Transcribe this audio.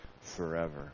forever